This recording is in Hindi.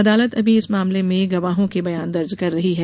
अदालत अभी इस मामले में गवाहों के बयान दर्ज कर रही है